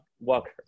walker